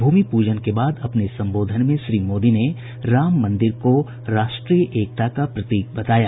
भूमि पूजन के बाद अपने संबोधन में श्री मोदी ने राम मन्दिर को राष्ट्रीय एकता का प्रतीक बताया